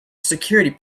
security